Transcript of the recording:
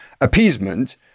appeasement